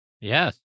Yes